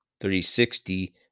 360